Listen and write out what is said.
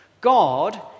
God